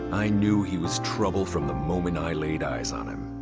i knew he was trouble from the moment i laid eyes on him.